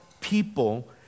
people